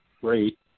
great